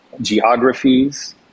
geographies